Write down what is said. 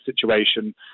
situation